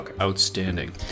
Outstanding